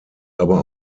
aber